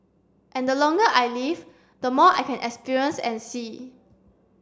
and the longer I live the more I can experience and see